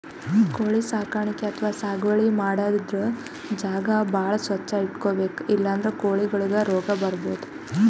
ಕೋಳಿ ಸಾಕಾಣಿಕೆ ಅಥವಾ ಸಾಗುವಳಿ ಮಾಡದ್ದ್ ಜಾಗ ಭಾಳ್ ಸ್ವಚ್ಚ್ ಇಟ್ಕೊಬೇಕ್ ಇಲ್ಲಂದ್ರ ಕೋಳಿಗೊಳಿಗ್ ರೋಗ್ ಬರ್ಬಹುದ್